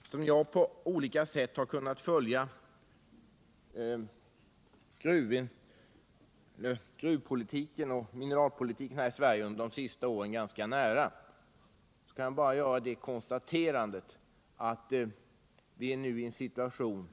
Eftersom jag på olika sätt ganska nära har kunnat följa gruvpolitiken och mineralpolitiken här i Sverige under de senaste åren kan jag göra det konstaterandet att vi nu är i en situation